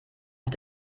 hat